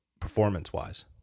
performance-wise